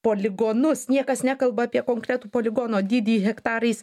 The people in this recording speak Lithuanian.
poligonus niekas nekalba apie konkretų poligono dydį hektarais